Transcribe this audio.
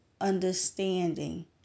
understanding